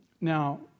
Now